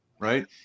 Right